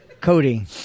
Cody